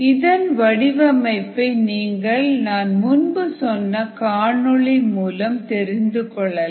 இதன் வடிவமைப்பை நீங்கள் நான் முன்பு சொன்ன காணொளி மூலம் தெரிந்து கொள்ளலாம்